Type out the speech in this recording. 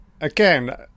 Again